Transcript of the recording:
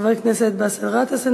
חבר הכנסת באסל גטאס,